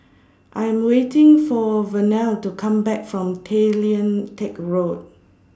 I Am waiting For Vernelle to Come Back from Tay Lian Teck Road